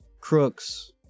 crooks